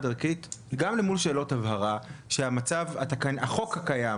ערכית גם למול שאלות הבהרה שהחוק הקיים,